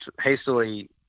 hastily